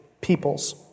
people's